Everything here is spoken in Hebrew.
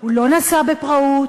הוא לא נסע בפראות,